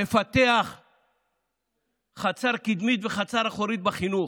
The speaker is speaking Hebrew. מפתח חצר קדמית וחצר אחורית בחינוך.